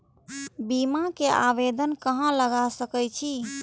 बीमा के आवेदन कहाँ लगा सके छी?